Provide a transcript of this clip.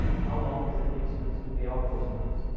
how long does it take students to pay off those loans,